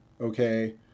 okay